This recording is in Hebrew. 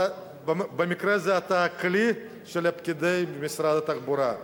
במקרה הזה אתה כלי של פקידי משרד התחבורה.